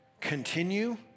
continue